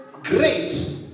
Great